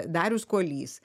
darius kuolys